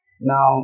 now